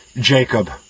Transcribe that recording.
Jacob